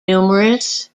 numerous